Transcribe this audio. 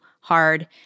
hard